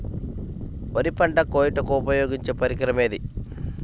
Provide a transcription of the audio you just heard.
వరి పంట కోయుటకు ఉపయోగించే పరికరం ఏది?